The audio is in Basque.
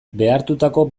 behartutako